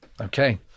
Okay